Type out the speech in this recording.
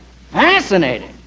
Fascinating